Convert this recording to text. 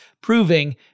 proving